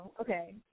okay